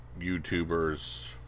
YouTubers